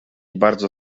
bardzo